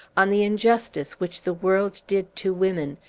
on the injustice which the world did to women,